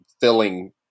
filling